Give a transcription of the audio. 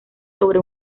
sobre